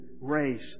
race